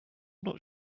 not